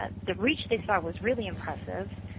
ah the reach they saw was really impressive,